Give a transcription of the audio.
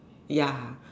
ya